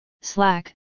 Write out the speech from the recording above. Slack